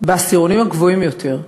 בעשירונים הגבוהים יותר.